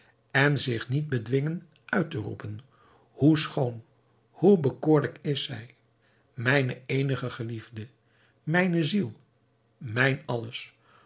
en zich niet bedwingen uit te roepen hoe schoon hoe bekoorlijk is zij mijne eenige geliefde mijne ziel mijn alles